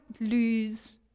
lose